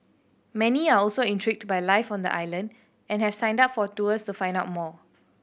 many are also intrigued by life on the island and have signed up for tours to find out more